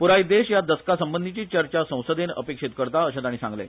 पुराय देश या दसकासंबंधीची चर्चा संसदेन अपेक्षित करता अर्श ताणी सांगले